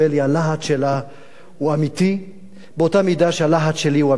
הלהט שלה הוא אמיתי באותה מידה שהלהט שלי הוא אמיתי,